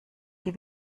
die